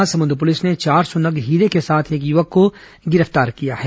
Mahasamund police ने चार सौ नग हीरे के साथ एक युवक को गिरफ्तार किया है